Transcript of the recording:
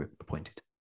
appointed